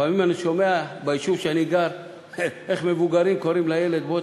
לפעמים אני שומע ביישוב שבו אני גר איך מבוגרים קוראים לילד: בוא,